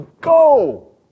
go